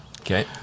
Okay